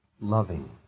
loving